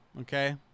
okay